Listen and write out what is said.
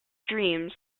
dream